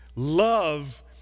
love